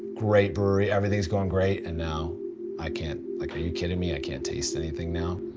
great brewery. everything's going great and now i can't like, are you kidding me, i can't taste anything now.